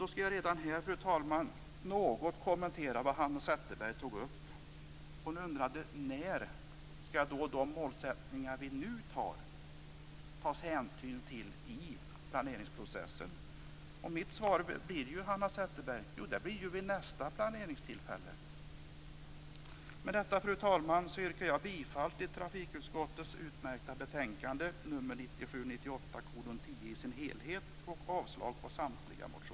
Då skall jag redan här, fru talman, något kommentera vad Hanna Zetterberg tog upp. Hon undrade: När skall det då tas hänsyn till de målsättningar som vi nu beslutar om i planeringsprocessen? Mitt svar blir ju, Hanna Zetterberg, att det blir vid nästa planeringstillfälle. Med detta, fru talman, yrkar jag bifall till hemställan i trafikutskottets utmärkta betänkande 1997/98:10